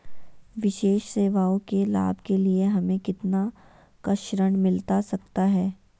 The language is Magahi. विशेष सेवाओं के लाभ के लिए हमें कितना का ऋण मिलता सकता है?